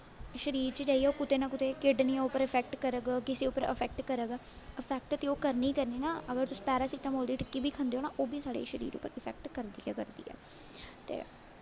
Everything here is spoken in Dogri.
शरीर च जाइयै कुतै ना कुतै किडनियें पर इफैक्ट करग किसै पर इफैक्ट करग इफैक्ट ते ओह् करनी गै करनी ना अगर तुस पैरासिटामोल दी गै टिक्की खंदे ओ ना ओह् बी साढ़े शरीर पर इफैक्ट करदी गै करदी ऐ ते